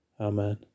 Amen